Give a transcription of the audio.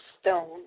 stone